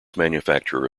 manufacturer